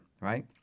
right